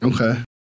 Okay